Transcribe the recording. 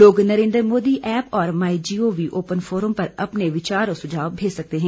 लोग नरेन्द्र मोदी ऐप और my G O V open forum पर अपने विचार और सुझाव भेज सकते हैं